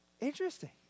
Interesting